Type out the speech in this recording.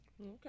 Okay